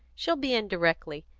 she'll be in directly.